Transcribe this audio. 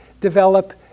develop